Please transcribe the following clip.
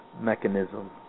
mechanism